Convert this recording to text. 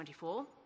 24